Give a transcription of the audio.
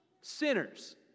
Sinners